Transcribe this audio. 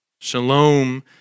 Shalom